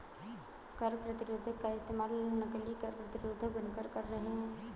कर प्रतिरोध का इस्तेमाल नकली कर प्रतिरोधक बनकर कर रहे हैं